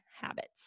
habits